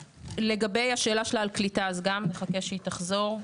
לגבי השאלה שלה על קליטה אז גם נחכה שהיא תחזור.